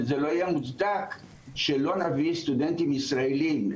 וזה לא יהיה מוצדק שלא נביא סטודנטים ישראלים,